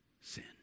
sin